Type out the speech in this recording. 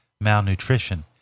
malnutrition